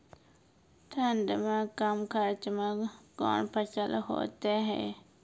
ठंड मे कम खर्च मे कौन फसल होते हैं?